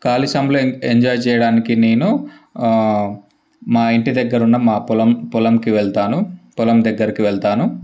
ఖాళీ సమయంలో ఎ ఎంజాయ్ చేయడానికి నేను మా ఇంటి దగ్గరున్న మా పొలం పొలంకి వెళతాను పొలం దగ్గరకి వెళతాను